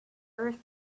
earth